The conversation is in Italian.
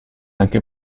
anche